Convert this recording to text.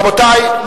רבותי,